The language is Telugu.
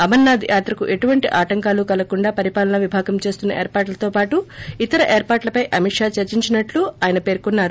అమర్నాథ్ యాత్రకు ఎటువంటి ఆటంకాలు కలగకుండా పరిపాలన విభాగం చేస్తున్న ఏర్పాట్లతో పాటు ఇతర ఏర్పాట్లపై అమిత్ షా చర్సించినట్లు ఆయన పేర్కొన్నారు